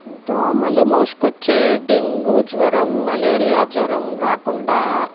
దోమలు మోసుకు వచ్చే డెంగ్యూ జ్వరం మలేరియా జ్వరం రాకుండా